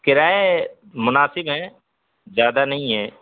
کرایے مناسب ہیں زیادہ نہیں ہیں